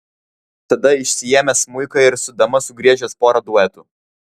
tada išsiėmęs smuiką ir su dama sugriežęs porą duetų